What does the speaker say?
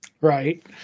Right